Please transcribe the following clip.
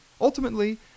Ultimately